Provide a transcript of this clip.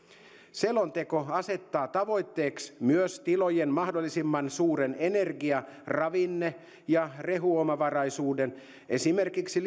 selonteko asettaa tavoitteeksi myös tilojen mahdollisimman suuren energia ravinne ja rehuomavaraisuuden esimerkiksi